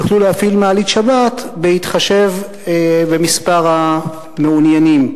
יוכלו להפעיל מעלית שבת, בהתחשב במספר המעוניינים.